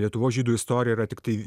lietuvos žydų istorija yra tiktai